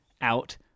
out